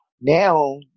Now